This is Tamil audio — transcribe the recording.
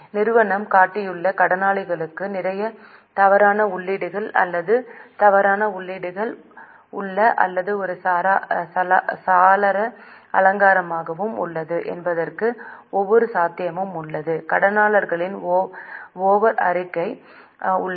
நிறுவனம் காட்டியுள்ள கடனாளிகளுக்கு நிறைய தவறான உள்ளீடுகள் அல்லது தவறான உள்ளீடுகள் உள்ளன அல்லது ஒரு சாளர அலங்காரமும் உள்ளது என்பதற்கான ஒவ்வொரு சாத்தியமும் உள்ளது கடனாளர்களின் ஓவர் அறிக்கை உள்ளது